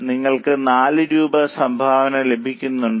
നിങ്ങൾക്ക് 4 രൂപ സംഭാവന ലഭിക്കുന്നുണ്ടോ